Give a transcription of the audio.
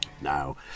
Now